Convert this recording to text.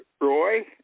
Roy